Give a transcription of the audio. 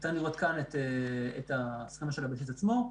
ניתן לראות כאן את הסכמה של הבסיס עצמו,